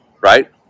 right